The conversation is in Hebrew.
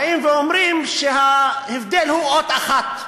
באים ואומרים שההבדל הוא אות אחת: